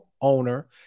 owner